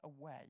away